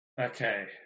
Okay